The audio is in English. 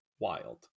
wild